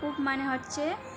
কূপ মানে হচ্ছে